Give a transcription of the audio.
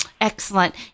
Excellent